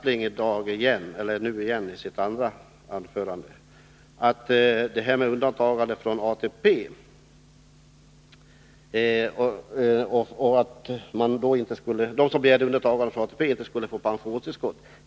I sitt andra anförande sade herr Aspling återigen att de som har begärt undantagande från ATP inte skulle få pensionstillskott.